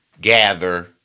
gather